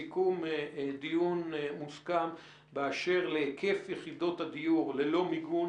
סיכום דיון מוסכם באשר להיקף יחידות הדיור ללא מיגון,